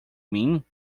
mim